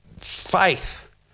faith